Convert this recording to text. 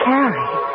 Carrie